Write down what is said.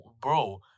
bro